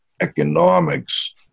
economics